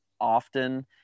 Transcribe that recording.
often